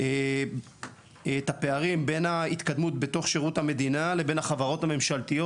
את הפערים בין ההתקדמות בתוך שירות המדינה לבין החברות הממשלתיות,